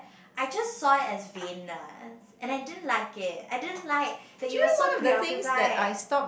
I just saw it as vain eh and I didn't like it I didn't like that you were so preoccupied